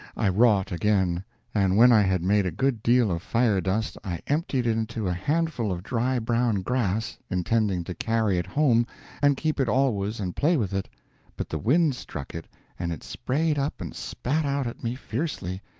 i wrought again and when i had made a good deal of fire-dust i emptied it into a handful of dry brown grass, intending to carry it home and keep it always and play with it but the wind struck it and it sprayed up and spat out at me fiercely,